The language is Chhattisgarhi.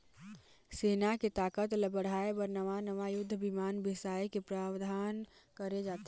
सेना के ताकत ल बढ़ाय बर नवा नवा युद्धक बिमान बिसाए के प्रावधान करे जाथे